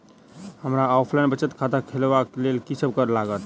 हमरा ऑफलाइन बचत खाता खोलाबै केँ लेल की सब लागत?